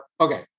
okay